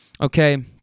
okay